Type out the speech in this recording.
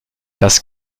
das